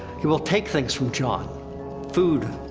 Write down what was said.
he will take things from jon food,